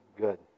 good